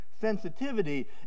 sensitivity